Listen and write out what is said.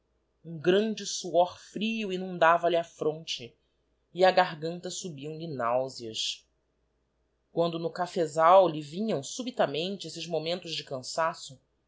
um grande suor frio inundava lhe a fronte e á garganta subiam lhe náuseas quando no cafesal lhe vinham subitamente esses momentos de cançaço